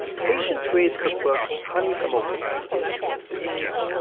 patience gray's cookbook, honey from a weed, is a big,